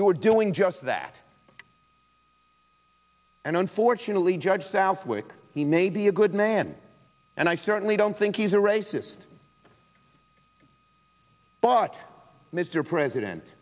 you are doing just that and unfortunately judge southwick he may be a good man and i certainly don't think he's a racist but mr president